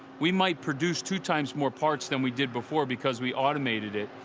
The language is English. we might produce two times more parts than we did before, because we automated it.